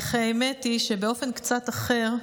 אך האמת היא שבאופן קצת אחר,